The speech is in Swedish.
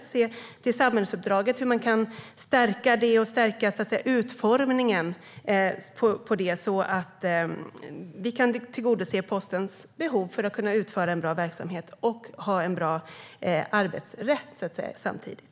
Vi skulle kunna se till samhällsuppdraget och hur man kan stärka det och utformningen av det hela så att vi kan tillgodose postens behov när det gäller att kunna utföra en bra verksamhet och samtidigt ha en bra arbetsrätt.